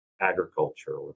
agriculture